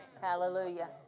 Hallelujah